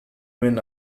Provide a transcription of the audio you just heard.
win